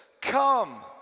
Come